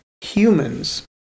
humans